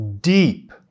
deep